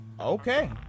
Okay